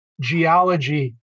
geology